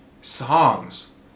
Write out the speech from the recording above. songs